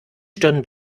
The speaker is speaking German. stirn